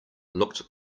looked